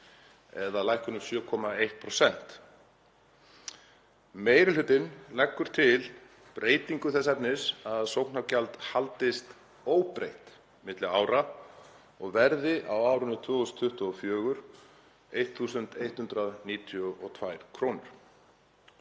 er lækkun um 7,1%. Meiri hlutinn leggur til breytingu þess efnis að sóknargjald haldist óbreytt milli ára og verði á árinu 2024 1.192 kr.